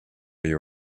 you